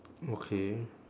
okay